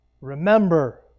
Remember